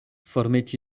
formeti